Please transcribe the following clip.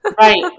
right